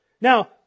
Now